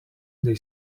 they